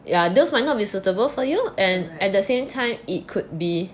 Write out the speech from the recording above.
yeah those might not be suitable for you and at the same time it could be